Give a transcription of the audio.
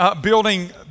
building